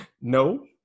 No